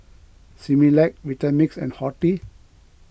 Similac Vitamix and Horti